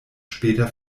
später